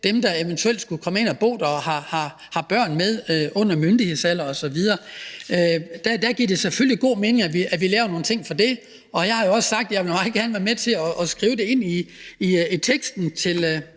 dem, der eventuelt skal bo der og har børn med under myndighedsalderen osv., for der giver det selvfølgelig god mening, at vi laver nogle ting i forhold til det. Jeg har jo også sagt, at jeg meget gerne vil være med til at skrive det ind i teksten i